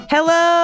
Hello